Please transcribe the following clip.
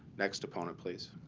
next opponent, please.